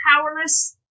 powerless